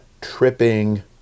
tripping